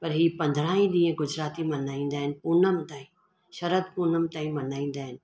पर ई पंद्रहां ई ॾींहं गुजराती मल्हाईंदा आहिनि पूनम ताईं शरद पूनम ताईं मल्हाईंदा आहिनि